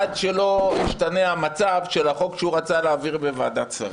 עד שלא ישתנה המצב של החוק שהוא רצה להעביר בוועדת שרים.